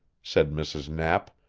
said mrs. knapp,